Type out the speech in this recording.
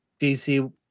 DC